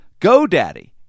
GoDaddy